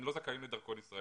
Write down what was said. הם לא זכאים לדרכון ישראלי.